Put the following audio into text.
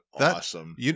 awesome